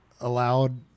allowed